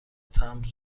تمبر